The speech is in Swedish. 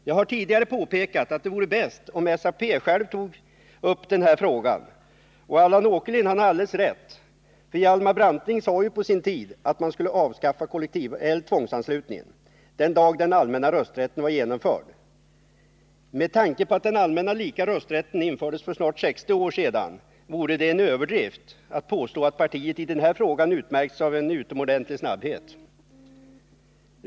Jag har tidigare påpekat att det vore bäst om SAP självt tog upp den här frågan. Allan Åkerlind har alldeles rätt: Hjalmar Branting sade på sin tid att man skulle avskaffa tvångsanslutningen den dag den allmänna rösträtten var genomförd. Med tanke på att den allmänna och lika rösträtten infördes för snart 60 år sedan vore det en överdrift att påstå att partiet i den här frågan utmärkts av en utomordentlig snabbhet.